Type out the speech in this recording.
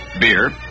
beer